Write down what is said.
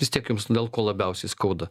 vis tiek jums dėl ko labiausiai skauda